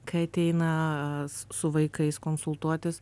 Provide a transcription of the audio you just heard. kai ateina su vaikais konsultuotis